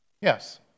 Yes